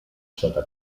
sota